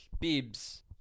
bibs